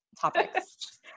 topics